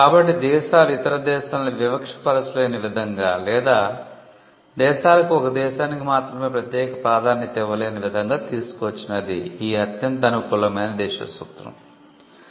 కాబట్టి దేశాలు ఇతర దేశాలను వివక్షపరచలేని విధంగా లేదా దేశాలకు ఒక దేశానికి మాత్రమే ప్రత్యేక ప్రాధాన్యత ఇవ్వలేని విధంగా తీసుకువచ్చినది ఈ 'అత్యంత అనుకూలమైన దేశ సూత్రం'